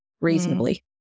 reasonably